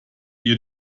ihr